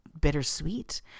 bittersweet